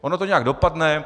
Ono to nějak dopadne.